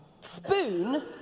spoon